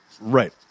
Right